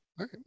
Okay